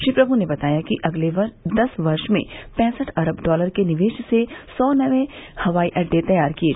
श्री प्रमु ने बताया कि अगले दस वर्ष में पैसठ अरब डॉलर के निवेश से सौ नये हवाई अड्डे तैयार किए जाएंगे